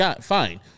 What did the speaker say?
fine